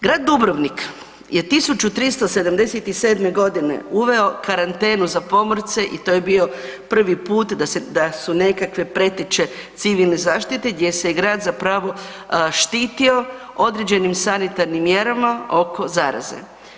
Grad Dubrovnik je 1377. godine uveo karantenu za pomorce i to je bilo prvi put da su nekakve preteče civilne zaštite gdje se je grad za pravo štitio određenim sanitarnim mjerama oko zaraze.